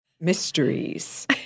Mysteries